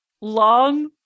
long